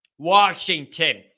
Washington